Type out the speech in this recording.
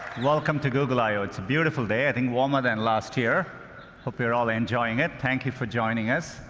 welcome to google i o. it's a beautiful day i think warmer than last year. i hope you're all enjoying it. thank you for joining us.